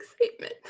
excitement